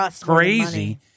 crazy